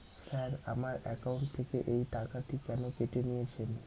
Sir আমার account থেকে এই টাকাটি কেন কেটে নিয়েছেন?